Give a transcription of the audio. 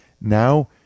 Now